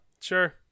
Sure